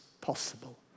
possible